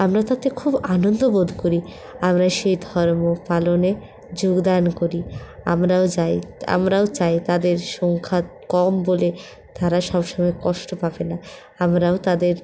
আমরা তাতে খুব আনন্দ বোধ করি আমরা সেই ধর্ম পালনে যোগদান করি আমরাও যাই আমরাও চাই তাদের সংখ্যা কম বলে তারা সবসময় কষ্ট পাক না আমরাও তাদের